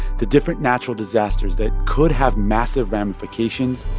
the different natural disasters that could have massive ramifications